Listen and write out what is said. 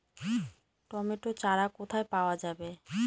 Tomato চারা কোথায় পাওয়া যাবে?